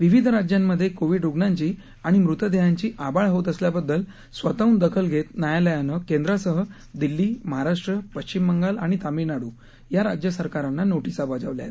विविध राज्यांमधे कोविड रुग्णांची आणि मृतदेहांची आबाळ होत असल्याबद्दल स्वतःहून दखल घेत न्यायालयान केंद्रासह दिल्ली महाराष्ट्र पश्विम बंगाल आणि तमिळनाडू या राज्य सरकारांना नोषिआ बजावल्या आहेत